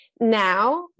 Now